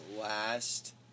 last